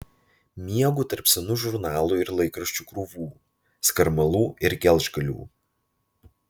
miegu tarp senų žurnalų ir laikraščių krūvų skarmalų ir gelžgalių